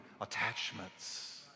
attachments